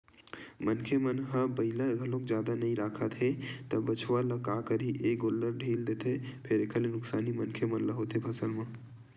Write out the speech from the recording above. मनखे मन ह बइला घलोक जादा नइ राखत हे त बछवा ल का करही ए गोल्लर ढ़ील देथे फेर एखर ले नुकसानी मनखे मन ल होथे फसल म